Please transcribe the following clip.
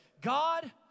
God